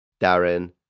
Darren